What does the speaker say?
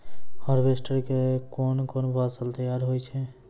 Harvester के कोन कोन फसल तैयार होय छै?